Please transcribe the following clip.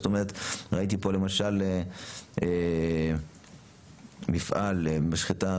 זאת אומרת ראיתי פה למשל מפעל למשחטה,